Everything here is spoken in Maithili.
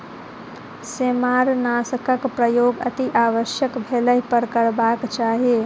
सेमारनाशकक प्रयोग अतिआवश्यक भेलहि पर करबाक चाही